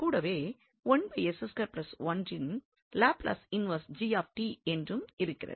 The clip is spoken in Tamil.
கூடவே யின் லாப்லஸ் இன்வெர்ஸ் g என்றும் இருக்கிறது